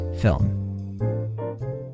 film